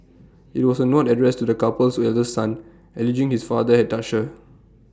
IT was A note addressed to the couple's eldest son alleging his father had touched her